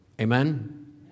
Amen